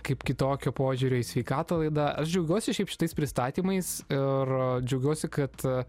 kaip kitokio požiūrio į sveikatą laida aš džiaugiuosi šiaip šitais pristatymais ir džiaugiuosi kad